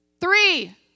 Three